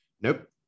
Nope